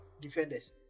defenders